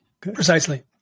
precisely